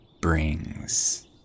brings